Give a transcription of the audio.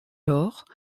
lors